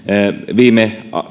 viime